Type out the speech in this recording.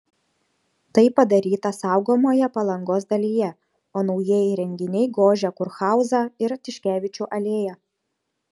tai padaryta saugomoje palangos dalyje o naujieji įrenginiai gožia kurhauzą ir tiškevičių alėją